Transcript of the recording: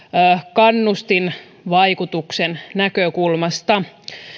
kannustinvaikutuksen näkökulmasta